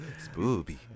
Spooky